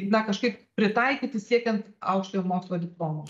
na kažkaip pritaikyti siekiant aukštojo mokslo diplomo